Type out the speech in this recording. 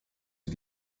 wie